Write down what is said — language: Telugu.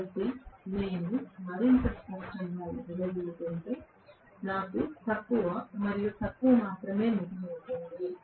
కాబట్టి నేను మరింత స్పష్టంగా వెదజల్లుతుంటే నాకు తక్కువ మరియు తక్కువ మాత్రమే మిగిలి ఉంటుంది